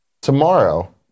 tomorrow